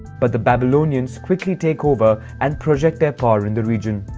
but the babylonians quickly take over and project their power in the region.